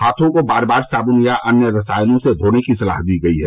हाथों को बार बार साबुन या अन्य रसायनों से धोने की सलाह दी गई है